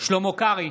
שלמה קרעי,